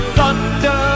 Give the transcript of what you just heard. Thunder